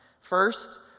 first